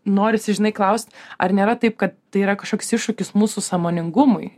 norisi žinai klaust ar nėra taip kad tai yra kažkoks iššūkis mūsų sąmoningumui